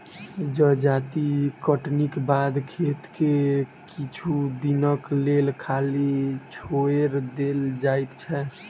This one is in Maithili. जजाति कटनीक बाद खेत के किछु दिनक लेल खाली छोएड़ देल जाइत छै